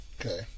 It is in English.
okay